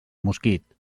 mosquit